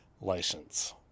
license